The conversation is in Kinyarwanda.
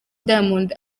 diamond